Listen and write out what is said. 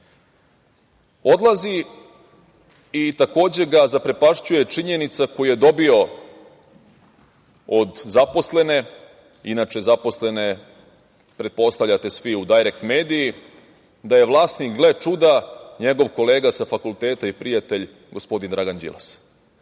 Odlazi i takođe ga zaprepašćuje činjenica koju je dobio od zaposlene, inače zaposlene, pretpostavljate svi, u "Dajrekt mediji", da je vlasnik, gle čuda, njegov kolega sa fakulteta i prijatelj, gospodin Dragan Đilas. On